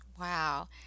Wow